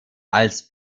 als